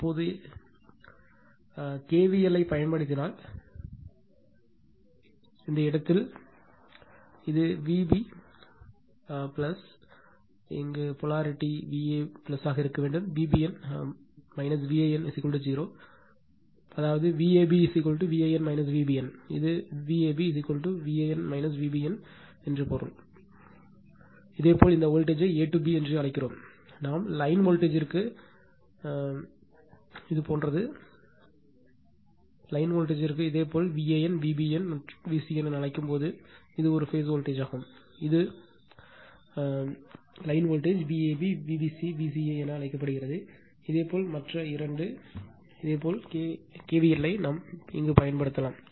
இப்போது இதேபோல் kvl ஐப் பயன்படுத்தினால் இதேபோல் kvl ஐப் பயன்படுத்தினால் இதேபோல் kvl ஐ இந்த இடத்தில் இதேபோல் kvl ஐப் பயன்படுத்தினால் இது Vb ஐ இதேபோல் k v l ஐப் பயன்படுத்தலாம்